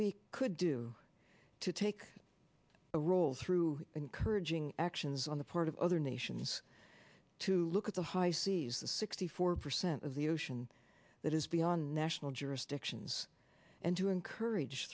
we could do to take a role through encouraging actions on the part of other nations to look at the high seas the sixty four percent of the ocean that is beyond national jurisdictions and to encourage